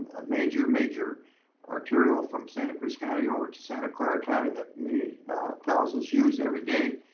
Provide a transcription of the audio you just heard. a major, major arterial from santa cruz county over to santa clara county, that many thousands use every day.